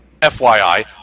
FYI